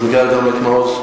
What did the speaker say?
אני מכירה גם את מעוז.